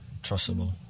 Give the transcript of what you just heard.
Trustable